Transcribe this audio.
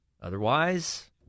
otherwise